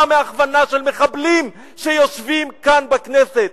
מהכוונה של מחבלים שיושבים כאן בכנסת.